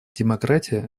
демократия